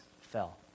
fell